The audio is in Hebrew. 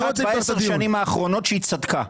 תראה לי פעם אחת בעשר שנים האחרונות שהיא צדקה,